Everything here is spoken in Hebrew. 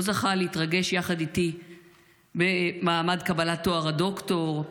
לא זכה להתרגש יחד איתי במעמד קבלת התואר דוקטור,